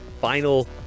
final